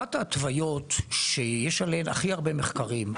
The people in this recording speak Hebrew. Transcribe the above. אחת ההתוויות שיש עליהן הכי הרבה מחקרים,